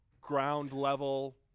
ground-level